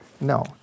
No